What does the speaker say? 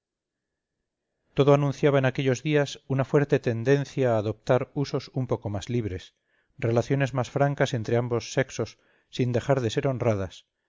todo anunciaba en aquellos días una fuerte tendencia a adoptar usos un poco más libres relaciones más francas entre ambos sexos sin dejar de ser honradas